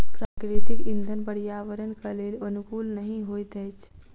प्राकृतिक इंधन पर्यावरणक लेल अनुकूल नहि होइत अछि